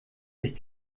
sich